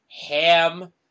ham